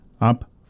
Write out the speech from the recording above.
up